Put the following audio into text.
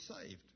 saved